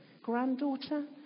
granddaughter